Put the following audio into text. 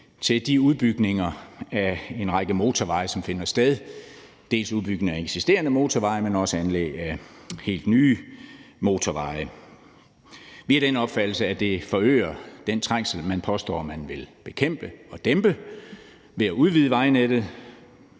til de udbygninger af en række motorveje, som finder sted – dels udbygninger af eksisterende motorveje, dels anlæg af helt nye motorveje. Vi er af den opfattelse, at det forøger den trængsel, man påstår man vil bekæmpe og dæmpe ved at udvide vejnettet.